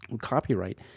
copyright